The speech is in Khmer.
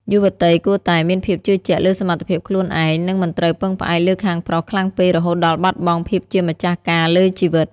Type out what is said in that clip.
យុវតីគួរតែ "មានភាពជឿជាក់លើសមត្ថភាពខ្លួនឯង" និងមិនត្រូវពឹងផ្អែកលើខាងប្រុសខ្លាំងពេករហូតដល់បាត់បង់ភាពជាម្ចាស់ការលើជីវិត។